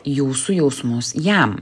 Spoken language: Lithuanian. jūsų jausmus jam